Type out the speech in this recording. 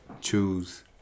choose